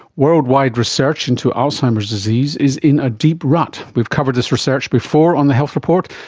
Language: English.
worldwide research into alzheimer's disease is in a deep rut. we've covered this research before on the health report,